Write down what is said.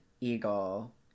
eagle